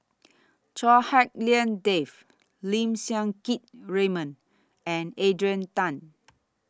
Chua Hak Lien Dave Lim Siang Keat Raymond and Adrian Tan